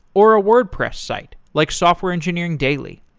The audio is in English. or a wordpress site, like software engineering daily.